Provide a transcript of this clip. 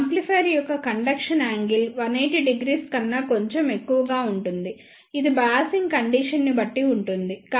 ఈ యాంప్లిఫైయర్ యొక్క conduction angle 1800 కన్నా కొంచెం ఎక్కువగా ఉంటుంది ఇది బయాసింగ్ కండీషన్ ని బట్టి ఉంటుంది